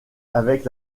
avec